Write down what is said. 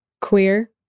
queer